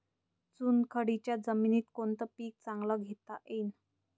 चुनखडीच्या जमीनीत कोनतं पीक चांगलं घेता येईन?